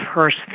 first